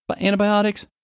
antibiotics